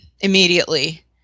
Immediately